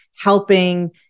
helping